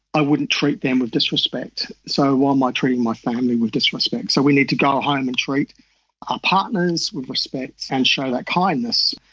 i wouldn't treat them with disrespect, so why am um i treating my family with disrespect? so we need to go home and treat our partners with respect and show that kindness.